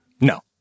No